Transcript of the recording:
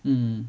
mm